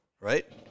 right